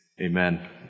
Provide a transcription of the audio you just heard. Amen